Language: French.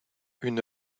une